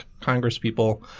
congresspeople